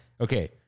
Okay